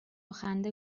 خنده